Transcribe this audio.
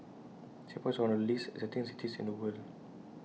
Singapore is one of the least exciting cities in the world